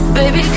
baby